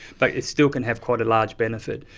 but it still can have quite a large benefit.